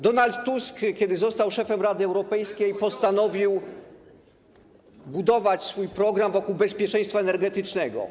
Donald Tusk, kiedy został szefem Rady Europejskiej, postanowił budować swój program wokół bezpieczeństwa energetycznego.